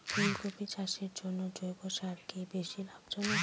ফুলকপি চাষের জন্য জৈব সার কি বেশী লাভজনক?